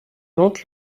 ventes